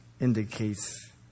indicates